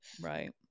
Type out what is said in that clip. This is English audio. Right